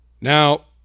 Now